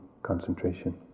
concentration